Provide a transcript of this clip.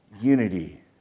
unity